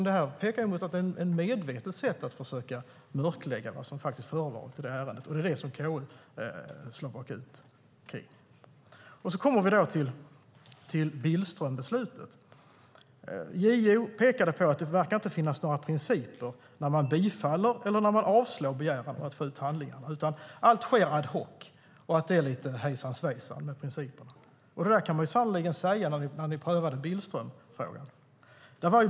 Det pekar mot ett medvetet sätt att försöka mörklägga vad som förevarit i ärendet. Det är det som KU slår bakut mot. Då kommer vi till Billströmbeslutet. JO pekade på att det verkar som att det inte finns några principer för när man bifaller eller avslår begäran om att få ut handlingar. Allt sker ad hoc, och det är lite hejsan svejsan med principerna. Det kan man sannerligen säga om när ni prövade Billströmfrågan.